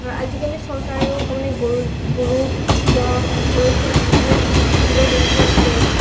আজিকালি চৰকাৰেও মানে গৰু গৰু ম'হ ঘৰচীয়া জুৰি যিমান জীৱ জন্তু আছে